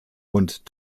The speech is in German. und